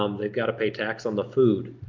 um they've gotta pay tax on the food.